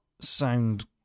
sound